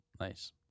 Nice